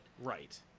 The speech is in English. Right